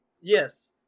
yes